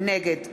נגד